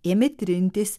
ėmė trintis